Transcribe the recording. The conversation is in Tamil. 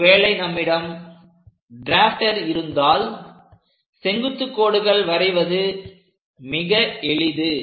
ஒருவேளை நம்மிடம் ட்ராப்ட்டர் இருந்தால் செங்குத்துக் கோடுகள் வரைவது மிக எளிது